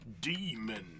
Demon